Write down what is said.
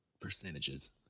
percentages